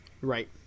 Right